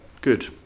good